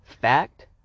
Fact